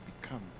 become